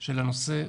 של הנושא.